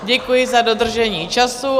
Děkuji za dodržení času.